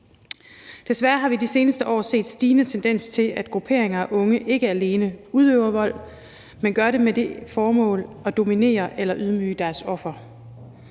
Desværre har vi i de seneste år set en stigende tendens til, at grupperinger af unge ikke alene udøver vold, men at de gør det med det formål at dominere eller ydmyge deres offer.